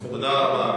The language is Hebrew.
תודה רבה.